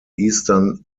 eastern